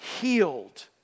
healed